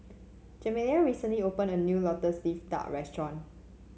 Jeremiah recently opened a new lotus leaf duck restaurant